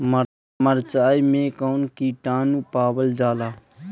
मारचाई मे कौन किटानु पावल जाला?